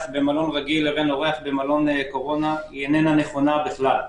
במלון רגיל לבין אורח במלון קורונה היא איננה נכונה כלל.